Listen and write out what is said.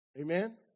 Amen